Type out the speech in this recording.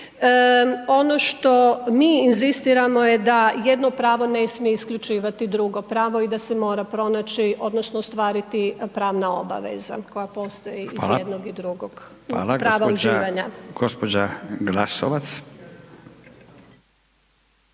Ono što mi inzistiramo je da jedno pravo ne smije isključivati drugo pravo i da se mora pronaći odnosno ostvariti pravna obaveza koja postoji iz jednog i drugog prava .../Govornik se